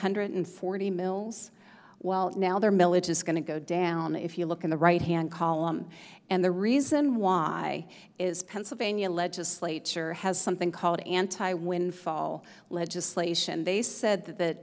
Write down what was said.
hundred forty mills well now there milage is going to go down if you look in the right hand column and the reason why is pennsylvania legislature has something called anti windfall legislation they said that